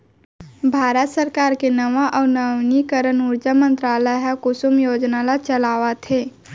भारत सरकार के नवा अउ नवीनीकरन उरजा मंतरालय ह कुसुम योजना ल चलावत हे